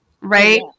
Right